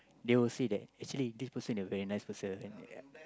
they will say that actually this person is a very nice person and yeah